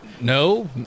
No